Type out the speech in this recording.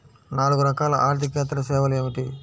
నాలుగు రకాల ఆర్థికేతర సేవలు ఏమిటీ?